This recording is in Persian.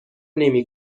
نمی